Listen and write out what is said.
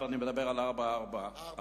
אני מדבר על 444,